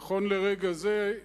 נכון לרגע זה,